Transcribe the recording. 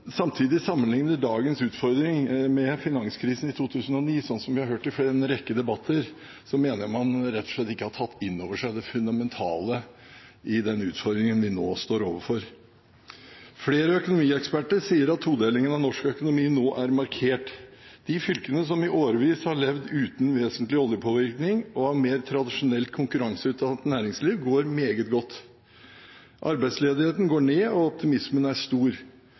samtidig sammenligner dagens utfordring med finanskrisen i 2009, sånn som vi har hørt det før i en rekke debatter, så mener jeg man rett og slett ikke har tatt inn over seg det fundamentale i den utfordringen vi nå står overfor. Flere økonomieksperter sier at todelingen av norsk økonomi nå er markert. De fylkene som i årevis har levd uten vesentlig oljepåvirkning og av mer tradisjonelt, konkurranseutsatt næringsliv, går meget godt. Arbeidsledigheten går ned, og optimismen er stor.